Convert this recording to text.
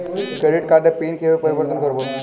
Credit কার্ডের pin কিভাবে পরিবর্তন করবো?